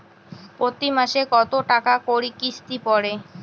প্রতি মাসে কতো টাকা করি কিস্তি পরে?